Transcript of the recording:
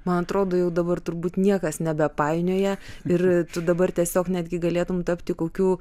man atrodo jau dabar turbūt niekas nebepainioja ir tu dabar tiesiog netgi galėtum tapti kokių